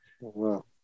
wow